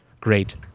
great